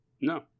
No